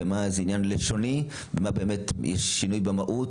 במה זה עניין לשוני ובמה באמת יש שינוי במהות.